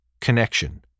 connection